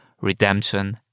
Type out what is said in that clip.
Redemption